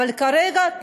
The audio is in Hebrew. אבל כרגע,